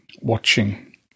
watching